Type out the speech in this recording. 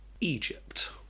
Egypt